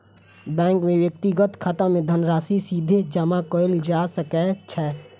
bank मे व्यक्तिक खाता मे धनराशि सीधे जमा कयल जा सकै छै